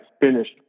finished